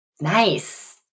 Nice